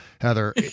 Heather